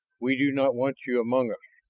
we do not want you among us.